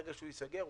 ברגע שהוא ייסגר,